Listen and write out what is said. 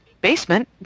basement